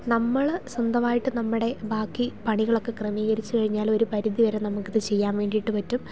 നമ്മൾ സ്വന്തമായിട്ട് നമ്മുടെ ബാക്കി പണികളൊക്കെ ക്രമീകരിച്ചു കഴിഞ്ഞാൽ ഒരു പരിധി വരെ നമുക്ക് ഇത് ചെയ്യാൻ വേണ്ടിയിട്ട് പറ്റും